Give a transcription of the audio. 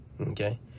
okay